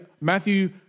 Matthew